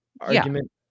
argument